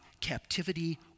Captivity